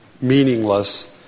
meaningless